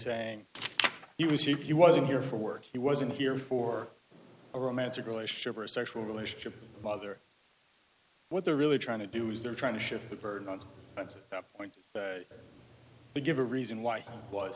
saying he was he wasn't here for work he wasn't here for a romantic relationship or a sexual relationship rather what they're really trying to do is they're trying to shift the burden on that point to give a reason why w